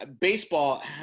baseball